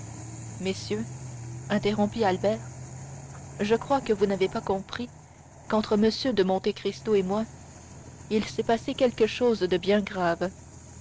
messieurs interrompit albert je crois que vous n'avez pas compris qu'entre m de monte cristo et moi il s'est passé quelque chose de bien grave